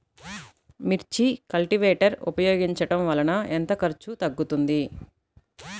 మిర్చి కల్టీవేటర్ ఉపయోగించటం వలన ఎంత ఖర్చు తగ్గుతుంది?